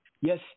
Yes